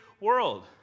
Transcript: world